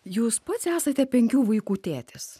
jūs pats esate penkių vaikų tėtis